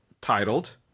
titled